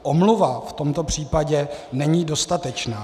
Omluva v tomto případě není dostatečná.